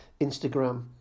Instagram